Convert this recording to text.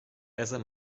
besser